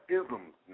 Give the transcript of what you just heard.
isms